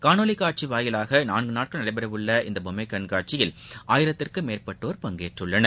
காணொலி காட்சி வாயிலாக நான்கு நாட்கள் நடைபெறவுள்ள இந்த பொம்மை கண்காட்சியில் ஆயிரத்திற்கும் மேற்பட்டோர் பங்கேற்றுள்ளனர்